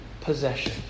possession